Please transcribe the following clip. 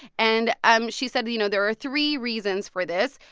and and she said, you know, there are three reasons for this.